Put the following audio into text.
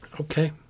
okay